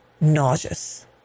nauseous